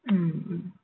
mm mm